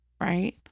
right